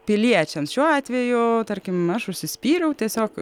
piliečiams šiuo atveju tarkim aš užsispyriau tiesiog